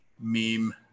meme